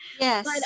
Yes